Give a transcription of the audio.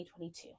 2022